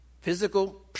Physical